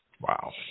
Wow